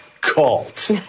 cult